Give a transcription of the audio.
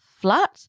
flat